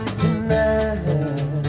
Tonight